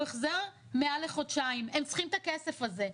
החזר מעל לחודשיים והם צריכים את הכסף הזה,